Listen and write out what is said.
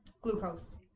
glucose